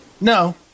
No